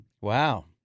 Wow